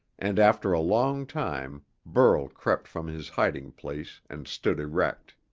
and after a long time burl crept from his hiding place and stood erect.